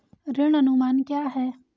ऋण अनुमान क्या है?